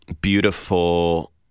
beautiful